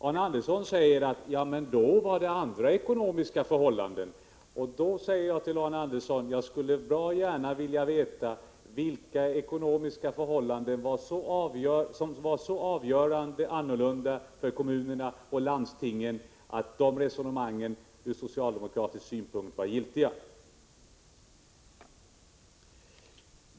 Arne Andersson säger: Ja, men då var det andra ekonomiska förhållanden. Jag skulle bra gärna vilja veta vilka ekonomiska förhållanden som var så avgörande annorlunda för kommunerna och landstingen att de resonemangen ur socialdemokratisk synpunkt var giltiga!